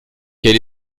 quel